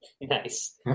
Nice